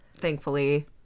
thankfully